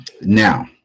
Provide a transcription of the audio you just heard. Now